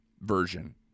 version